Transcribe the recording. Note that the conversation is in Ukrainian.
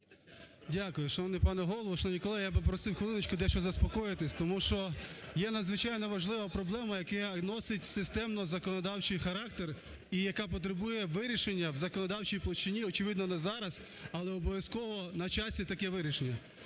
Дякую. Шановний пане Голово, шановні колеги, я просив би хвилиночку дещо заспокоїтись, тому що є надзвичайно важлива проблема, яка носить системно законодавчий характер і яка потребує вирішення у законодавчій площині, очевидно, не зараз, але обов'язково на часі таке вирішення.